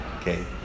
okay